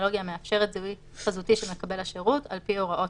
טכנולוגיה המאפשרת זיהוי חזותי של מקבל השירות על פי הוראות